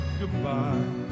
goodbye